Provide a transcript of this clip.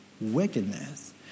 wickedness